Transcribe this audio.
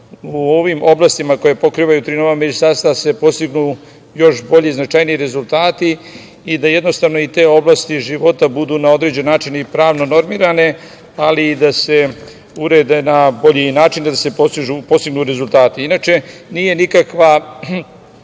u ovom oblastima koje pokrivaju tri nova ministarstva se postignu još bolji i značajniji rezultati i da jednostavno i te oblasti života budu na određen način i pravno normirane, ali i da se urede na bolji način da se postignu rezultati. Inače, nije nikakva